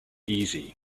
easy